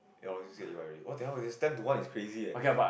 then obviously get you already what the hell if it's ten to one it's crazy eh